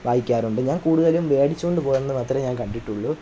വായിക്കാറുണ്ട് ഞാന് കൂടുതലും മേടിച്ചു കൊണ്ട് പോകുന്നത് മാത്രമെ ഞാന് കണ്ടിട്ടുള്ളു